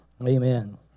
Amen